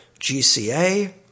GCA